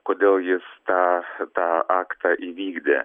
kodėl jis tą tą aktą įvykdė